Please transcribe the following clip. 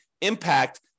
impact